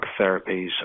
therapies